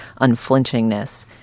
unflinchingness